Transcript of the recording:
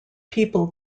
people